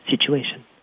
situation